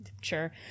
Sure